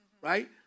right